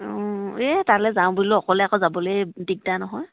অঁ এই তালৈ যাওঁ বুলিলেও অকলে আকৌ যাবলৈ দিগদাৰ নহয়